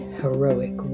heroic